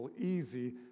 easy